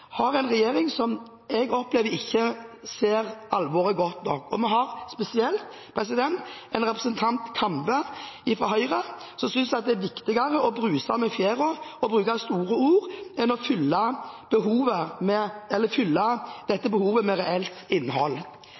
har en regjering som jeg opplever ikke ser alvoret godt nok, og vi har spesielt en representant, Kambe fra Høyre, som synes det er viktigere å bruse med fjørene og bruke store ord enn å fylle dette behovet med